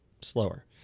slower